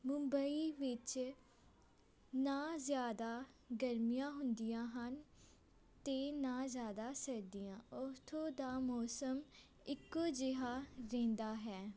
ਮੁੰਬਈ ਵਿਚ ਨਾ ਜ਼ਿਆਦਾ ਗਰਮੀਆਂ ਹੁੰਦੀਆਂ ਹਨ ਅਤੇ ਨਾ ਜ਼ਿਆਦਾ ਸਰਦੀਆਂ ਉੱਥੋਂ ਦਾ ਮੌਸਮ ਇੱਕੋ ਜਿਹਾ ਰਹਿੰਦਾ ਹੈ